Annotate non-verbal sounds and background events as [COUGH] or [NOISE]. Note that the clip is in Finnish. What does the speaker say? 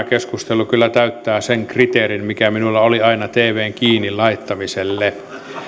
[UNINTELLIGIBLE] keskustelu kyllä täyttää sen kriteerin mikä minulla oli aina tvn kiinni laittamiselle